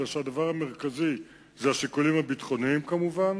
וכשהדבר המרכזי הוא השיקולים הביטחוניים כמובן.